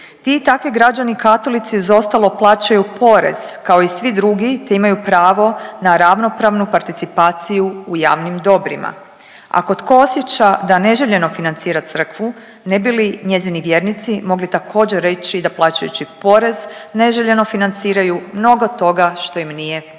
i takvi građani katolici uz ostalo plaćaju porez kao i svi drugi te imaju pravo na ravnopravnu participaciju u javnim dobrima. Ako tko osjeća da neželjeno financira crkvu ne bi li njezini vjernici mogli također reći da plaćajući porez neželjeno financiraju mnogo toga što im nije po volji.